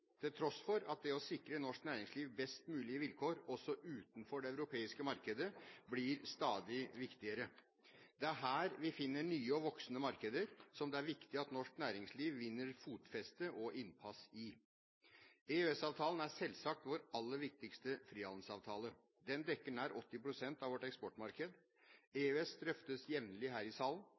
til tross for at det å sikre norsk næringsliv best mulige vilkår også utenfor det europeiske markedet blir stadig viktigere. Det er her vi finner nye og voksende markeder, som det er viktig at norsk næringsliv vinner fotfeste og innpass i. EØS-avtalen er selvsagt vår aller viktigste frihandelsavtale. Den dekker nær 80 pst. av vårt eksportmarked. EØS drøftes jevnlig her i salen.